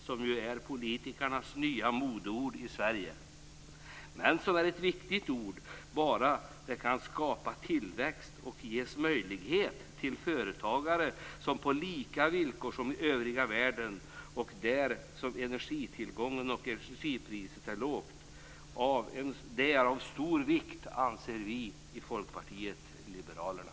Det är ju politikernas nya modeord i Sverige, men ett viktigt ord bara om innebörden blir att det skapas tillväxt och företagare ges lika villkor som i övriga världen, där energitillgången och energipriset är lågt. Det är av stor vikt, anser vi i Folkpartiet liberalerna.